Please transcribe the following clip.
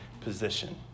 position